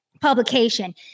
publication